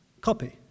copy